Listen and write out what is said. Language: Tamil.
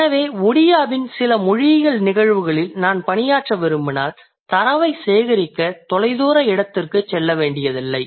எனவே ஒடியாவின் சில மொழியியல் நிகழ்வுகளில் நான் பணியாற்ற விரும்பினால் தரவைச் சேகரிக்க தொலைதூர இடத்திற்குச் செல்ல வேண்டியதில்லை